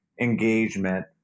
engagement